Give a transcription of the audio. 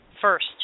first